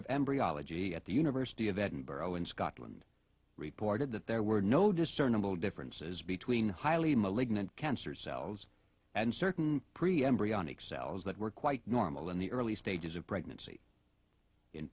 embryology at the university of edinburgh in scotland reported that there were no discernible differences between highly malignant cancer cells and certain pretty embryonic cells that were quite normal in the early stages of pregnancy in